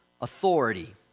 authority